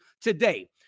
today